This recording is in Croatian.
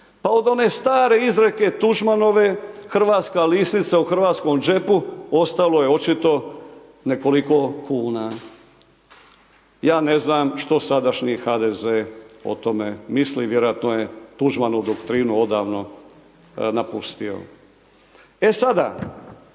Pa od one stare izreke Tuđmanove hrvatska lisnica u hrvatskom džepu, ostalo je očito nekoliko kuna. Ja ne znam što sadašnji HDZ o tome misli, vjerojatno je Tuđmanovu doktrinu odavno napustio. E sada,